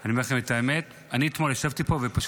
אני אומר לכם את האמת, אני אתמול ישבתי פה ופשוט